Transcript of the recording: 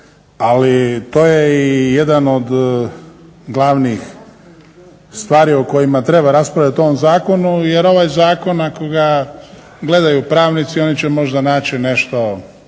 ali to je i jedan od glavnih stvari o kojima treba raspravljat u ovom zakonu jer ovaj zakon ako ga gledaju pravnici oni će možda naći nešto